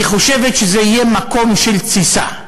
היא חושבת שזה יהיה מקום של תסיסה,